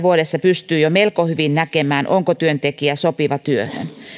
vuodessa pystyy jo melko hyvin näkemään onko työntekijä sopiva työhön